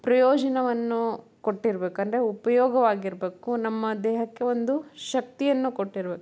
ಪ್ರಯೋಜನವನ್ನು ಕೊಟ್ಟಿರ್ಬೇಕು ಅಂದರೆ ಉಪಯೋಗವಾಗಿರಬೇಕು ನಮ್ಮ ದೇಹಕ್ಕೆ ಒಂದು ಶಕ್ತಿಯನ್ನು ಕೊಟ್ಟಿರ್ಬೇಕು